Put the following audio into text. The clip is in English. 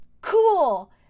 cool